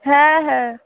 হ্যাঁ হ্যাঁ